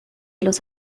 los